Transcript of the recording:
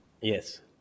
Yes